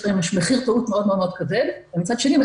להם מחיר טעות מאוד מאוד כבד ומצד שני,